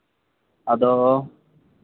ᱟᱫᱚ